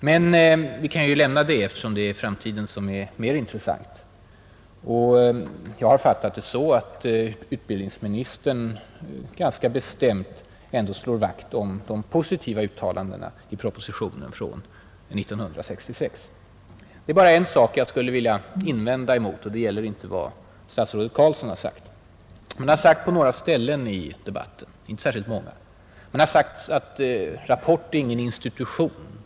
Men vi kan ju lämna detta; framtiden är mer intressant. Jag har fattat det så att utbildningsministern ganska bestämt ändå slår vakt om de positiva uttalandena i propositionen från 1966. Det är bara en sak jag skulle vilja invända mot, och det gäller inte vad statsrådet Carlsson har sagt i dag. På några ställen i debatten — inte särskilt många — har man menat att Rapport inte är någon institution.